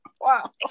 Wow